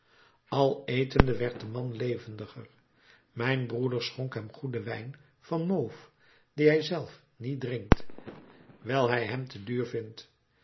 al etende werd de man levendiger mijn broeder schonk hem goeden wijn van mauves dien hij zelf niet drinkt wijl hij hem te duur vindt